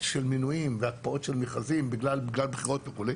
של מינויים והקפאות של מכרזים בגלל בחירות וכו',